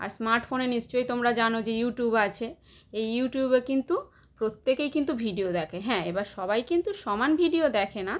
আর স্মার্টফোনে নিশ্চয়ই তোমরা জানো যে ইউটিউব আছে এই ইউটিউবে কিন্তু প্রত্যেকেই কিন্তু ভিডিও দেখে হ্যাঁ এবার সবাই কিন্তু সমান ভিডিও দেখে না